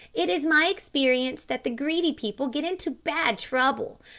it is my experience that the greedy people get into bad trouble.